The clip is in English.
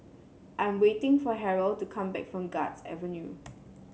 I'm waiting for Harrell to come back from Guards Avenue